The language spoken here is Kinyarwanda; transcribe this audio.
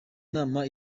nama